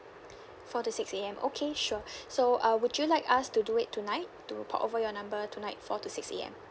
four to six A_M okay sure so uh would you like us to do it tonight to port over your number tonight four to six A_M